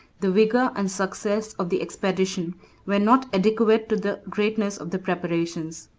the vigor and success of the expedition were not adequate to the greatness of the preparations.